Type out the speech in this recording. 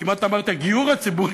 כמעט אמרתי הגיור הציבורי,